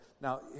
Now